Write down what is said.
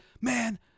Man